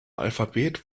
alphabet